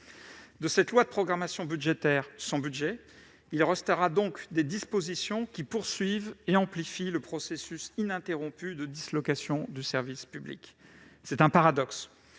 De cette loi de programmation budgétaire sans budget, il restera des dispositions qui poursuivent et amplifient le processus ininterrompu de dislocation du service public. C'est un paradoxe,